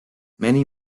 many